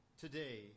today